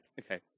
Okay